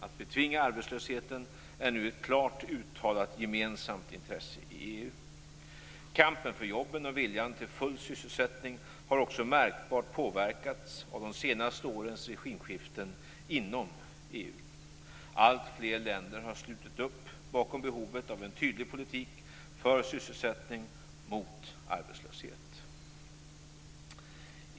Att betvinga arbetslösheten är nu ett klart uttalat gemensamt intresse i EU. Kampen för jobben och viljan till full sysselsättning har också märkbart påverkats av de senaste årens regimskiften inom EU. Alltfler länder har slutit upp bakom behovet av en tydlig politik för sysselsättning och mot arbetslöshet.